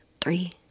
three